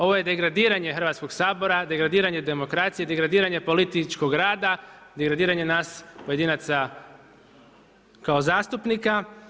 Ovo je degradiranje Hrvatskog sabora, degradiranje demokracije, degradiranje političkog rada, degradiranje nas pojedinaca kao zastupnika.